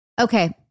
Okay